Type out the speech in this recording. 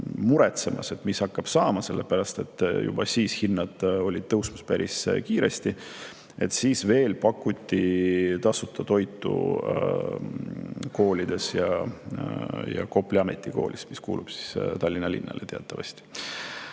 mures, mis hakkab saama, sellepärast et juba siis hinnad tõusid päris kiiresti. Aga siis veel pakuti tasuta toitu koolides, ka Kopli ametikoolis, mis kuulub Tallinna linnale teatavasti.